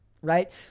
right